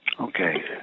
Okay